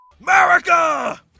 America